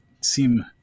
seem